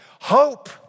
Hope